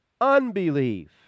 unbelief